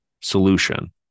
solution